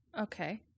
Okay